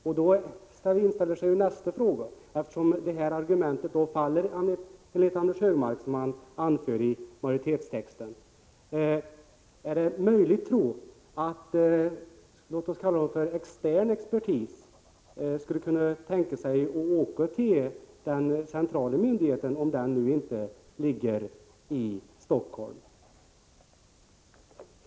Eftersom det argument som anförs i majoritetstexten då faller, inställer sig nästa fråga: Är det inte möjligt att s.k. extern expertis åker till den centrala myndigheten, om den nu inte ligger i Stockholm?